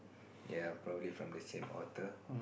ya probably from the same author